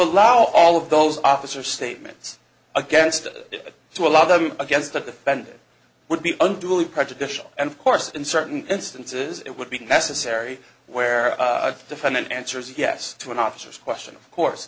allow all of those officers statements against it to allow them against the defendant would be unduly prejudicial and of course in certain instances it would be necessary where a defendant answers yes to an officer's question of course